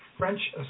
French